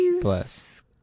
bless